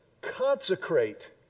consecrate